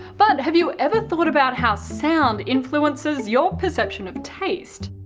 but have you ever thought about how sound influences your perception of taste?